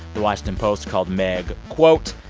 the washington post called meg, quote,